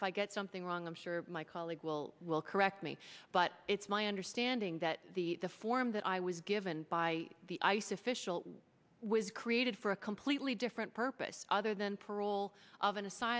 if i get something wrong i'm sure my colleague will will correct me but it's my understanding that the the form that i was given by the ice official was created for a completely different purpose other than parole